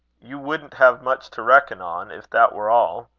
you wouldn't have much to reckon on, if that were all.